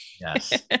Yes